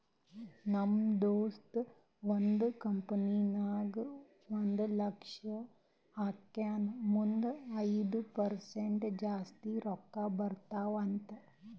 ನಮ್ ದೋಸ್ತ ಒಂದ್ ಕಂಪನಿ ನಾಗ್ ಒಂದ್ ಲಕ್ಷ ಹಾಕ್ಯಾನ್ ಮುಂದ್ ಐಯ್ದ ಪರ್ಸೆಂಟ್ ಜಾಸ್ತಿ ರೊಕ್ಕಾ ಬರ್ತಾವ ಅಂತ್